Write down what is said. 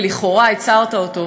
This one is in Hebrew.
ולכאורה הצרת אותו,